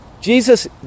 Jesus